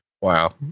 Wow